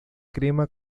crema